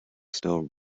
still